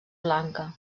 blanca